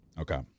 Okay